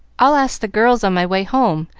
i'll ask the girls on my way home,